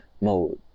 mode